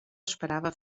esperava